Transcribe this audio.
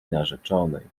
narzeczonej